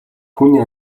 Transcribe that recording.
түүний